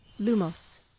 Lumos